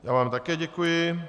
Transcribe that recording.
Já vám také děkuji.